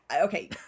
okay